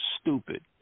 stupid